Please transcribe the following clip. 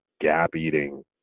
gap-eating